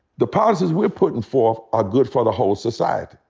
the policies we're puttin' forth are good for the whole society.